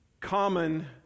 common